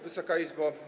Wysoka Izbo!